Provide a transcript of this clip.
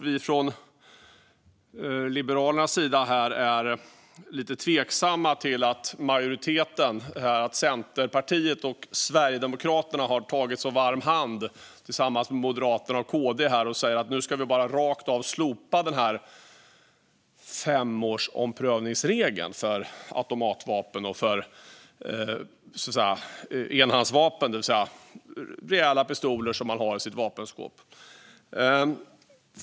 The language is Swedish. Vi från Liberalerna är lite tveksamma till att majoriteten - Centerpartiet och Sverigedemokraterna tillsammans med Moderaterna och Kristdemokraterna - säger att man nu bara rakt av ska slopa regeln om omprövning vart femte år för automatvapen och för enhandsvapen, till vill säga rejäla pistoler som man har i sitt vapenskåp.